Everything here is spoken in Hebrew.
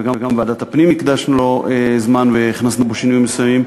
וגם בוועדת הפנים הקדשנו לו זמן והכנסנו בו שינויים מסוימים,